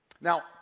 Now